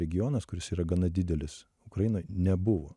regionas kuris yra gana didelis ukrainoj nebuvo